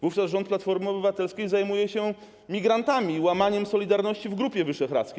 Wówczas rząd Platformy Obywatelskiej zajmuje się migrantami i łamaniem solidarności w Grupie Wyszehradzkiej.